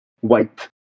white